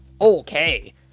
okay